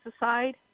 aside